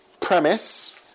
premise